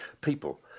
people